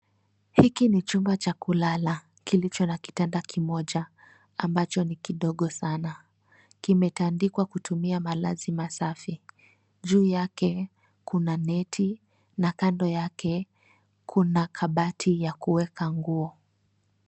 Hiki ni chumba cha kulala kilicho na kitanda kimoja ambacho ni kidogo sana. Kimetandikwa kutumia malazi masafi. Juu yake kuna neti na kando yake kuna kabati ya kuweka nguo.